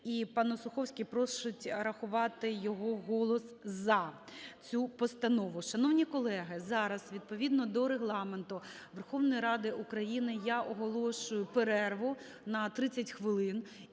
і пан Осуховський просить рахувати його голос "за" цю постанову. Шановні колеги, зараз, відповідно до Регламенту Верховної Ради України, я оголошую перерву на 30 хвилин,